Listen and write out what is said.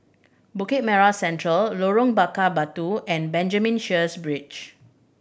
Bukit Merah Central Lorong Bakar Batu and Benjamin Sheares Bridge